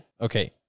okay